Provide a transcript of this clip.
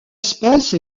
espèce